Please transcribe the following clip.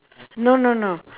no no no